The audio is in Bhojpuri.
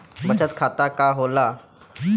बचत खाता का होला?